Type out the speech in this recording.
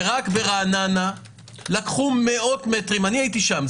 ורק רעננה לקחו מאות מטרים הייתי שם.